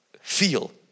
feel